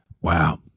Wow